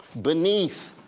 beneath